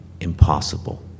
impossible